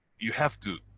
you have to